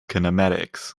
kinematics